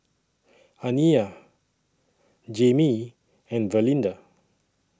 Aniyah Jamie and Valinda